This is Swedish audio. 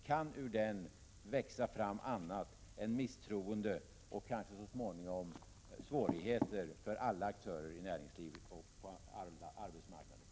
Kan det ur denna diskrepans växa fram något annat än misstroende och kanske så småningom svårigheter för alla aktörer i näringslivet och på arbetsmarknaden?